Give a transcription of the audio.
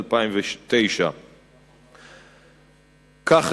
שנת 2009. כך,